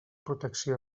protecció